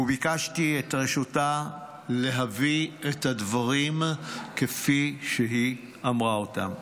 וביקשתי את רשותה להביא את הדברים כפי שהיא אמרה אותם: